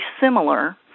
similar